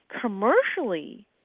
commercially